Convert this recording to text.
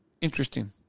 Interesting